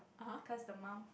cause the mum